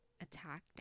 attack